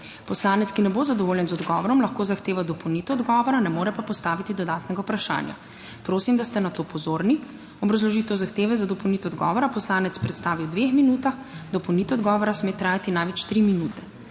Poslanec, ki ne bo zadovoljen z odgovorom, lahko zahteva dopolnitev odgovora, ne more pa postaviti dodatnega vprašanja. Prosim, da ste na to pozorni. Obrazložitev zahteve za dopolnitev odgovora poslanec predstavi v dveh minutah, dopolnitev odgovora sme trajati največ tri minute.